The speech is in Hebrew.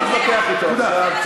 אני לא מתווכח אתו עכשיו, סוריה.